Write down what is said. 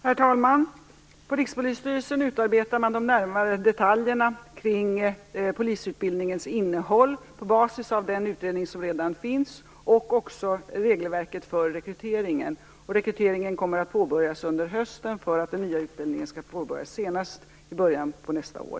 Herr talman! På Rikspolisstyrelsen utarbetar man de närmare detaljerna kring polisutbildningens innehåll på basis av den utredning som redan finns, och även regelverket för rekryteringen. Rekryteringen kommer att påbörjas under hösten och den nya utbildningen senast i början av nästa år.